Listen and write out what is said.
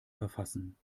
verfassen